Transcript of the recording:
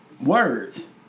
words